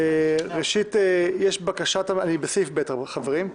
אני בסעיף ב', חברים: